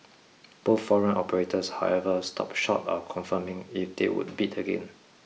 both foreign operators however stopped short of confirming if they would bid again